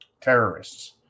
Terrorists